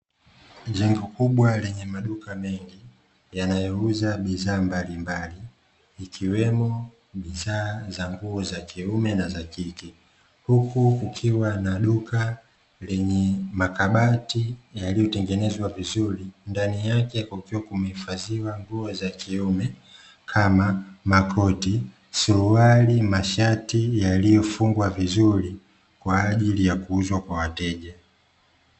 Jengo kubwa lenye maduka mengi, yanayouza bidhaa mbalimbali ikwemo bidhaa za nguo za kiume na za kike. Huku, kukiwa na duka lenye makabati yaliyotengenezwa vizuri ndani yake kukiwa kumehifadhiwa nguo za kiume kama makoti, suruali, mashati yaliyofungwa vizuri kwa ajili ya kuuzwa kwa wateja.